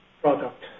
product